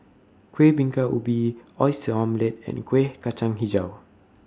Kueh Bingka Ubi Oyster Omelette and Kuih Kacang Hijau